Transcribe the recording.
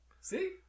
See